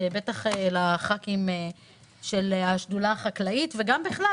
בטח לחברי הכנסת של השדולה החקלאית וגם בכלל,